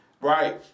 Right